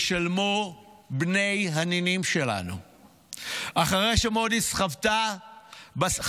ישלמו בני הנינים שלנו אחרי שמודי'ס חבטו